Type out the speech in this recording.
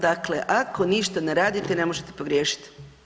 Dakle, ako ništa ne radite ne možete pogriješiti.